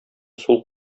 сул